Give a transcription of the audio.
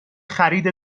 خرید